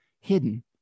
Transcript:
hidden